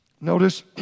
Notice